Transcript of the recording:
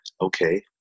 okay